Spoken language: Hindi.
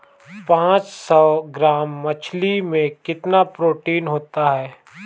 पांच सौ ग्राम मछली में कितना प्रोटीन होता है?